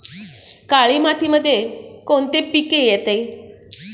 काळी मातीमध्ये कोणते पिके येते?